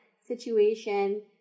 situation